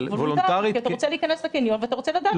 כי אתה רוצה להיכנס לקניון ולדעת אם אתה לא מסתכן.